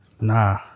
Nah